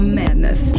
madness